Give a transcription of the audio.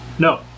No